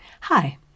Hi